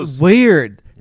Weird